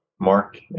Mark